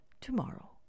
tomorrow